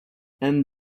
and